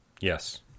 Yes